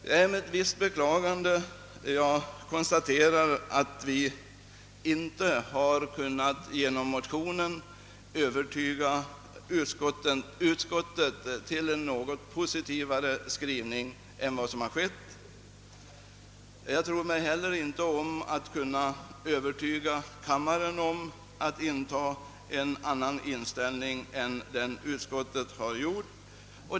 Det är med ett visst beklagande jag konstaterar, att vi inte lyckats få utskottet att göra en positivare skrivning på denna punkt. Jag tror mig heller inte om att kunna övertyga kammaren om ' lämpligheten att inta en annan ståndpunkt än vad utskottet gjort.